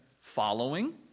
following